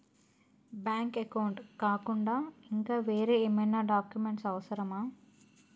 Bank account కాకుండా ఇంకా వేరే ఏమైనా డాక్యుమెంట్స్ అవసరమా?